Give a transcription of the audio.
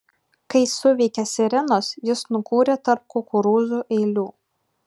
kai suveikė sirenos jis nukūrė tarp kukurūzų eilių